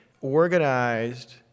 organized